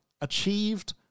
achieved